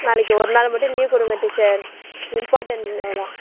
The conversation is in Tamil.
நாளைக்கு ஒரு நாள் மட்டும் லீவ் கொடுங்க டீச்சர் இம்போர்ட்டண்ட் அதுதான்